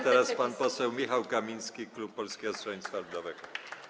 Teraz pan poseł Michał Kamiński, klub Polskiego Stronnictwa Ludowego.